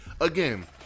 Again